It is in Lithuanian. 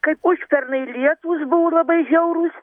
kaip užpernai ir lietūs buvo labai žiaurūs